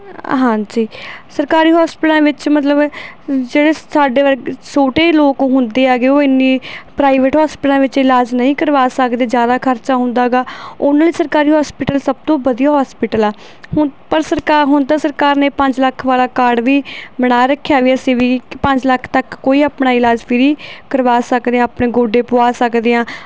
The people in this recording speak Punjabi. ਹਾਂਜੀ ਸਰਕਾਰੀ ਹੋਸਪੀਟਲਾਂ ਵਿੱਚ ਮਤਲਬ ਜਿਹੜੇ ਸਾਡੇ ਵਰਗੇ ਛੋਟੇ ਲੋਕ ਹੁੰਦੇ ਹੈਗੇ ਉਹ ਇੰਨੀ ਪ੍ਰਾਈਵੇਟ ਹੋਸਪੀਟਲਾਂ ਵਿੱਚ ਇਲਾਜ ਨਹੀਂ ਕਰਵਾ ਸਕਦੇ ਜ਼ਿਆਦਾ ਖਰਚਾ ਹੁੰਦਾ ਹੈਗਾ ਉਹਨਾਂ ਲਈ ਸਰਕਾਰੀ ਹੋਸਪੀਟਲ ਸਭ ਤੋਂ ਵਧੀਆ ਹੋਸਪੀਟਲ ਆ ਹੁਣ ਪਰ ਸਰਕਾਰ ਹੁਣ ਤਾਂ ਸਰਕਾਰ ਨੇ ਪੰਜ ਲੱਖ ਵਾਲਾ ਕਾਰਡ ਵੀ ਬਣਾ ਰੱਖਿਆ ਵੀ ਅਸੀਂ ਵੀ ਇੱਕ ਪੰਜ ਲੱਖ ਤੱਕ ਕੋਈ ਆਪਣਾ ਇਲਾਜ ਫ੍ਰੀ ਕਰਵਾ ਸਕਦੇ ਹਾਂ ਆਪਣੇ ਗੋਡੇ ਪਵਾ ਸਕਦੇ ਹਾਂ